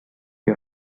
you